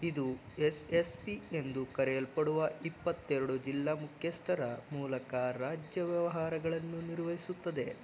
ಇದು S S P ಎಂದು ಕರೆಯಲ್ಪಡುವ ಇಪ್ಪತ್ತೆರಡು ಜಿಲ್ಲಾ ಮುಖ್ಯಸ್ಥರ ಮೂಲಕ ರಾಜ್ಯ ವ್ಯವಹಾರಗಳನ್ನು ನಿರ್ವಹಿಸುತ್ತದೆ